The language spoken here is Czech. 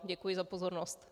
Děkuji za pozornost.